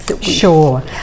Sure